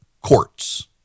courts